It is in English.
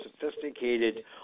sophisticated